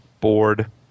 board